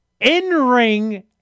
in-ring